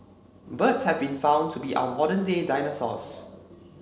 birds have been found to be our modern day dinosaurs